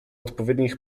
odpowiednich